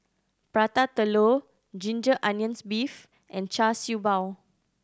Prata Telur ginger onions beef and Char Siew Bao